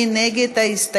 מי נגד?